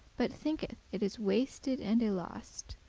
but thinketh it is wasted and y-lost,